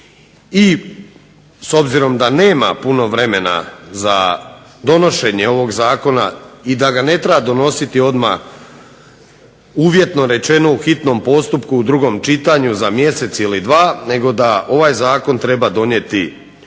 i s obzirom da nema puno vremena za donošenje ovog zakona i da ga ne treba donositi odmah, uvjetno rečeno u hitnom postupku u drugom čitanju za mjesec ili dva nego da ovaj zakon treba donijeti i